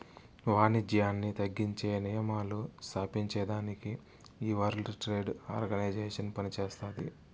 వానిజ్యాన్ని తగ్గించే నియమాలు స్తాపించేదానికి ఈ వరల్డ్ ట్రేడ్ ఆర్గనైజేషన్ పనిచేస్తాది